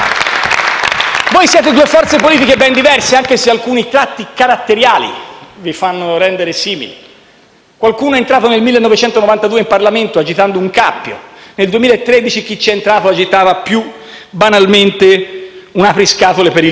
Voi siete due forze politiche ben diverse, anche se alcuni tratti caratteriali vi rendono simili. Qualcuno è entrato nel 1992 in Parlamento agitando un cappio. Nel 2013, chi ci è entrato agitava più banalmente un apriscatole per il tonno,